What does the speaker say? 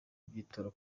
by’itora